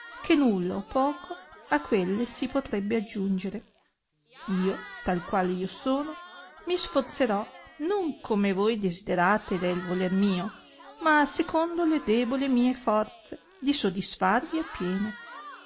che nulla o poco a quelle si potrebbe aggiungere io tal qual io sono mi sforzerò non come voi desiderate ed è il voler mio ma secondo le deboli mie forze di sodisfarvi a pieno